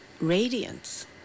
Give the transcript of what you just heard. radiance